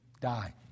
die